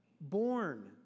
born